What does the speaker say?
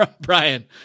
Brian